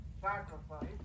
sacrifice